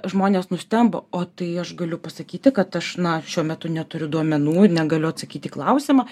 žmonės nustemba o tai aš galiu pasakyti kad aš na šiuo metu neturiu duomenų ir negaliu atsakyti į klausimą